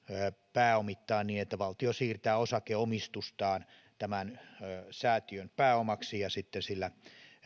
pääomittaa niin että valtio siirtää osakeomistustaan säätiön pääomaksi ja sitten